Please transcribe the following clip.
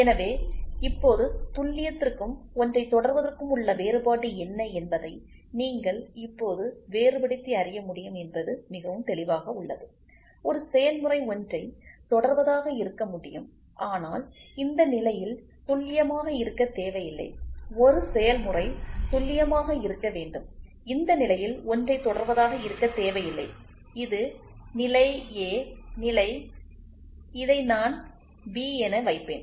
எனவே இப்போது துல்லியத்திற்கும் ஒன்றை தொடர்வதற்கும் உள்ள வேறுபாடு என்ன என்பதை நீங்கள் இப்போது வேறுபடுத்தி அறிய முடியும் என்பது மிகவும் தெளிவாக உள்ளது ஒரு செயல்முறை ஒன்றை தொடர்வதாக இருக்க முடியும் ஆனால் இந்த நிலையில் துல்லியமாக இருக்க தேவையில்லை ஒரு செயல்முறை துல்லியமாக இருக்க வேண்டும் இந்த நிலையில் ஒன்றை தொடர்வதாக இருக்க தேவையில்லை இது நிலை ஏ நிலை இதை நான் பி என வைப்பேன்